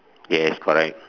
yes correct